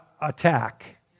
attack